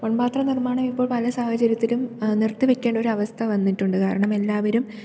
മൺപാത്ര നിർമ്മാണം ഇപ്പോൾ പല സാഹചര്യത്തിലും നിർത്തി വെയ്ക്കേണ്ട ഒരവസ്ഥ വന്നിട്ടുണ്ട് കാരണം എല്ലാവരും